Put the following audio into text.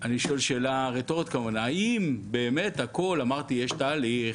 אני שואל שאלה רטורית כמובן: אמרתי שיש תהליך,